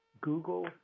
Google